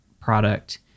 product